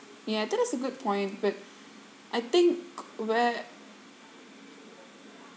ya that is a good point but I think where